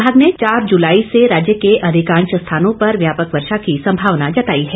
विभाग ने चार जून से राज्य के अधिकांश स्थानों पर व्यापक वर्षा की संभावना जताई है